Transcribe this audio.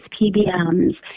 PBMs